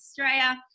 Australia